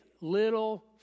little